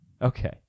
Okay